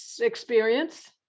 experience